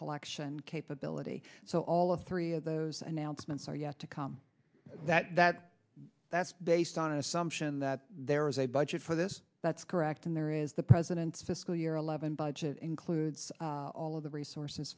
collection capability so all of three of those announcements are yet to come that that that's based on an assumption that there is a budget for this that's correct and there is the president's fiscal year eleven budget includes all of the resources